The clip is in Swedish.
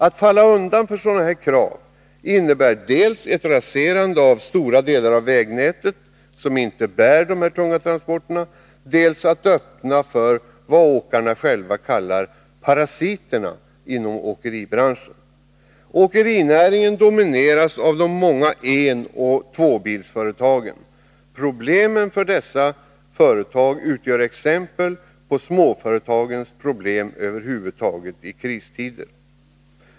Att falla undan för sådana krav innebär dels ett raserande av stora delar av vägnätet, som inte bär dessa tunga transporter, dels att öppna för vad åkarna själva kallar parasiterna inom åkeribranschen. Åkerinäringen domineras av de många enoch tvåbilsföretagen. Problemen för dessa företag utgör exempel på småföretagens problem över huvud taget i kristider.